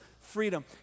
freedom